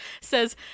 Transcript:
says